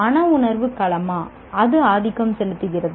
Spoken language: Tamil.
மன உணர்வு களமா அது ஆதிக்கம் செலுத்துகிறதா